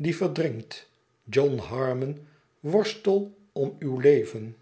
vriend drinkt john harmon worstel om uw leven